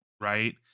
Right